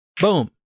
Boom